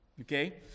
Okay